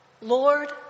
Lord